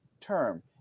term